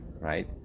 right